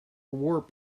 warp